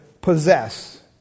possess